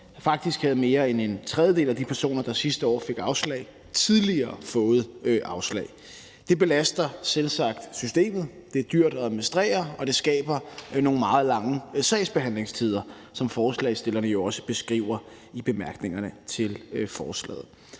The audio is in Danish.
faktisk havde mere end en tredjedel af de personer, der sidste år fik afslag, tidligere fået afslag. Det belaster selvsagt systemet, det er dyrt at administrere, og det skaber nogle meget lange sagsbehandlingstider, som forslagsstillerne jo også beskriver i bemærkningerne til forslaget.